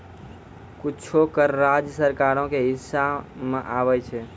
कुछो कर राज्य सरकारो के हिस्सा मे आबै छै